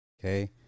Okay